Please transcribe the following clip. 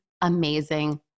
amazing